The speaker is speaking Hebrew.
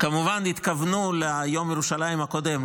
כמובן שהתכוונו ליום ירושלים הקודם,